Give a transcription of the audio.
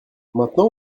maintenant